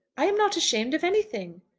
i am not ashamed of anything.